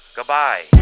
Goodbye